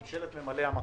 ממשלת ממלאי המקום.